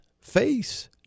face